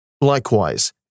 Likewise